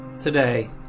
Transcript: Today